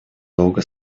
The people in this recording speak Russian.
долго